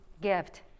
gift